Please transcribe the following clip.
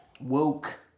woke